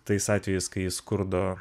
tais atvejais kai skurdo